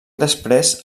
després